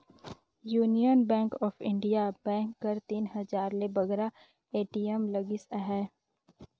union Bank of India bank कर तीन हजार ले बगरा ए.टी.एम लगिस अहे